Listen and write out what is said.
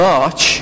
March